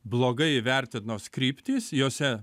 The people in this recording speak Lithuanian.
blogai įvertintos kryptys jose